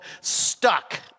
Stuck